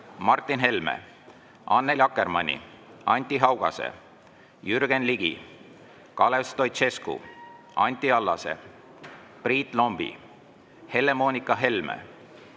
Martin Helme, Annely Akkermanni, Anti Haugase, Jürgen Ligi, Kalev Stoicescu, Anti Allase, Priit Lombi, Helle-Moonika Helme,